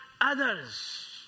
others